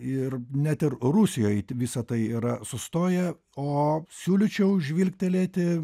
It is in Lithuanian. ir net ir rusijoj visa tai yra sustoję o siūlyčiau žvilgtelėti